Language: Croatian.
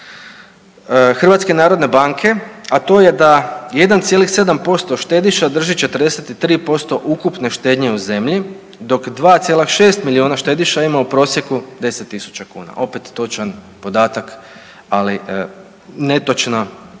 podatak HNB-a, a to je da 1,7% štediša drži 43% ukupne štednje u zemlji dok 2,6 milijuna štediša ima u prosjeku 10.000 kuna, opet točan podatak, ali netočni presjek